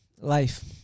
life